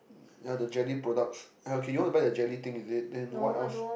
ya the jelly products okay you want to buy the jelly thing is it then what else